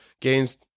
gains